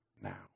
now